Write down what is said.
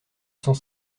cent